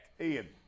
Ian